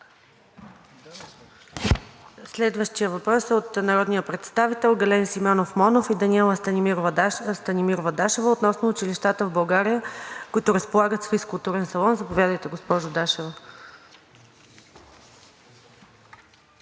Следващият въпрос е от народния представител Гален Симеонов Монов и Даниела Станимирова Дашева относно училищата в България, които разполагат с физкултурен салон. Заповядайте, госпожо Дашева.